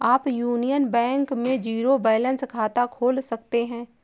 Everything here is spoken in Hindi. आप यूनियन बैंक में जीरो बैलेंस खाता खोल सकते हैं